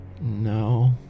No